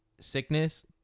sickness